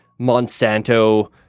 Monsanto